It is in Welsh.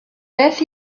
beth